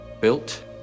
built